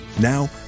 Now